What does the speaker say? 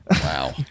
Wow